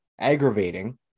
aggravating